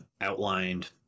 outlined